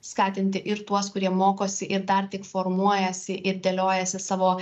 skatinti ir tuos kurie mokosi ir dar tik formuojasi ir dėliojasi savo